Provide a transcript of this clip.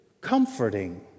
comforting